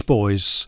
Boys